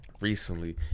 Recently